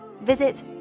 Visit